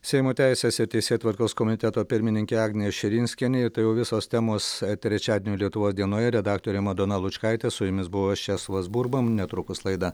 seimo teisės ir teisėtvarkos komiteto pirmininkė agnė širinskienė ir tai jau visos temos trečiadienio lietuvos dienoje redaktorė madona lučkaitė su jumis buvo česlovas burba netrukus laida